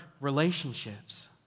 relationships